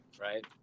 Right